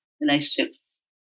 relationships